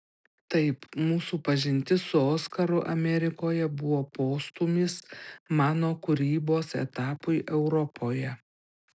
taip mūsų pažintis su oskaru amerikoje buvo postūmis mano kūrybos etapui europoje